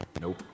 Nope